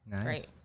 great